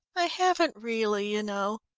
i haven't really you know,